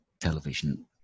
television